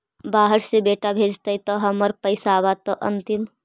बाहर से बेटा भेजतय त हमर पैसाबा त अंतिम?